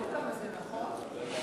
זה נכון?